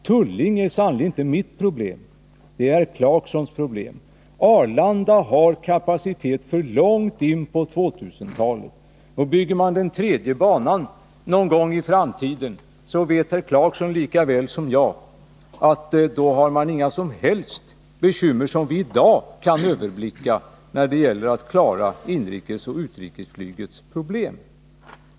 Tullinge är sannerligen inte mitt problem, utan det är herr Clarksons. Arlanda har kapacitet för långt in på 2000-talet. Och bygger man den tredje banan någon gång i framtiden, så blir det — det vet herr Clarkson lika väl som jag-inga som helst bekymmer som vi i dag kan överblicka när det gäller att klara inrikesoch utrikesflygets problem.